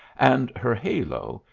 and her halo,